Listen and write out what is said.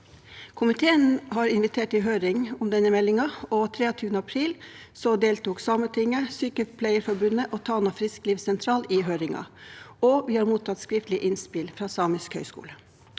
Komiteen har invitert til høring om denne meldingen, og 23. april deltok Sametinget, Sykepleierforbundet og Tana frisklivssentral i høringen, og vi har mottatt skriftlige innspill fra Samisk høgskole.